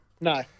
No